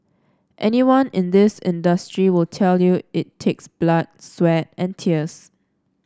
anyone in this industry will tell you it takes blood sweat and tears